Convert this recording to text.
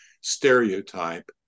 stereotype